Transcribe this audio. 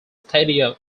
stadium